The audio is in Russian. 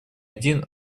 один